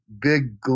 big